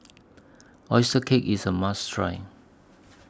Oyster Cake IS A must Try